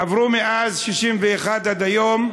עברו מאז, 1961 עד היום,